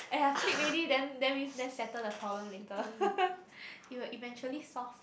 !aiya! flip already then then then settle the problem later it will eventually solve